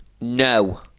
No